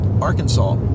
arkansas